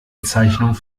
bezeichnung